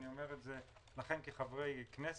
אני אומר את זה לכם כחברי כנסת,